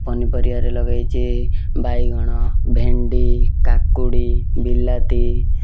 ପନିପରିବାରେ ଲଗାଇଛି ବାଇଗଣ ଭେଣ୍ଡି କାକୁଡ଼ି ବିଲାତି